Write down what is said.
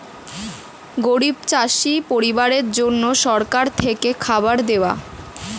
গরিব চাষি পরিবারের জন্য সরকার থেকে খাবার দেওয়া